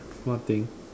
what thing